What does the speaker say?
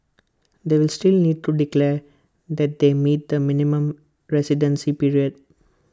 they will still need to declare that they meet the minimum residency period